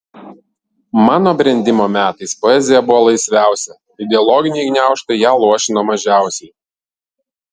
mano brendimo metais poezija buvo laisviausia ideologiniai gniaužtai ją luošino mažiausiai